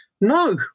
no